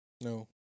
No